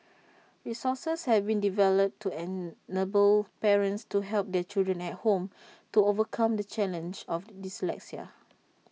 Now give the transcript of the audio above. resources have been developed to enable parents to help their children at home to overcome the challenge of dyslexia